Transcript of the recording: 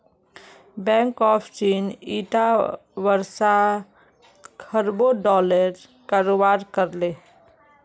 bank of चीन ईटा वर्ष खरबों डॉलरेर कारोबार कर ले